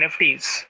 NFTs